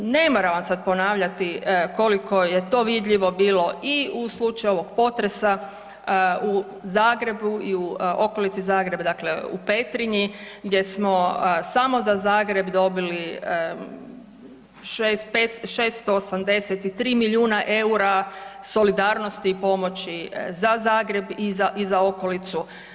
Ne moram vam sad ponavljati koliko je to vidljivo bilo i u slučaju ovog potresa u Zagrebu i u okolici Zagreba, dakle u Petrinji gdje smo samo za Zagreb dobili 683 milijuna EUR-a solidarnosti i pomoći za Zagreb i za, za okolicu.